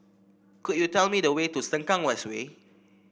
could you tell me the way to Sengkang West Way